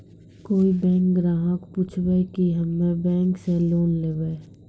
कोई बैंक ग्राहक पुछेब की हम्मे बैंक से लोन लेबऽ?